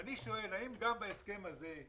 אני שואל: האם גם בהסכם הזה,